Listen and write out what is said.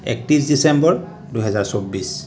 একত্ৰিছ ডিচেম্বৰ দুহেজাৰ চৌব্বিছ